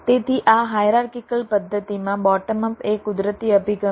તેથી આ હાયરાર્કિકલ પદ્ધતિમાં બોટમ અપ એ કુદરતી અભિગમ છે